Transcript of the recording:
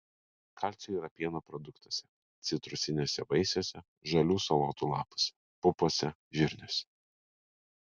kalcio yra pieno produktuose citrusiniuose vaisiuose žalių salotų lapuose pupose žirniuose